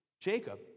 Jacob